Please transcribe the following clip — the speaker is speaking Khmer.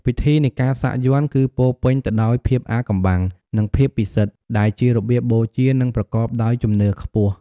ពិធីនៃការសាក់យ័ន្តគឺពោរពេញទៅដោយភាពអាថ៌កំបាំង និងភាពពិសិដ្ឋ ដែលជារបៀបបូជា និងប្រកបដោយជំនឿខ្ពស់។